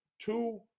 two